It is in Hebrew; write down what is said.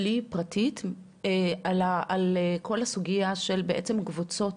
שלי פרטית, על כל הסוגיה של קבוצות